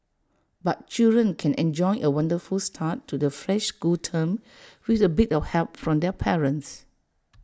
but children can enjoy A wonderful start to the fresh school term with A bit of help from their parents